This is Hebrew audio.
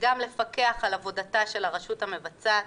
וגם לפקח על עבודתה של הרשות המבצעת